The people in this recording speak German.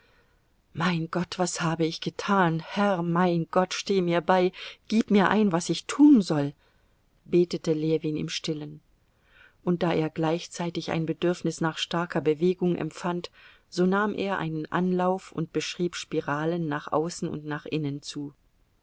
mein gott was habe ich getan herr mein gott steh mir bei gib mir ein was ich tun soll betete ljewin im stillen und da er gleichzeitig ein bedürfnis nach starker bewegung empfand so nahm er einen anlauf und beschrieb spiralen nach außen und nach innen zu